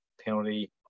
penalty